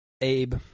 Abe